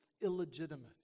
illegitimate